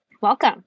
Welcome